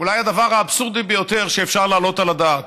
אולי הדבר האבסורדי ביותר שאפשר להעלות על הדעת.